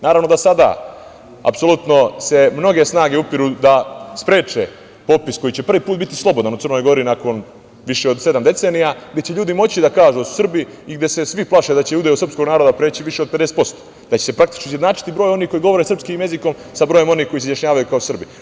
Naravno da sada apsolutno se mnoge snage upiru da spreče popis koji će prvi put biti slobodan u Crnoj Gori nakon više od sedam decenija, gde će ljudi moći da kažu da su Srbi i gde se svi plaše da će udeo srpskog naroda preći više od 50%, da će se praktično izjednačiti broj onih koji govore srpskim jezikom sa brojem onih koji se izjašnjavaju kao Srbi.